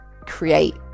create